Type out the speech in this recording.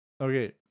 Okay